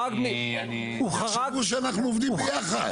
יחשבו שאנחנו עובדים ביחד.